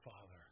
Father